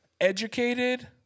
educated